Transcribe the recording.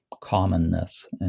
commonness